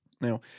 Now